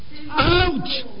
Out